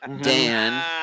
Dan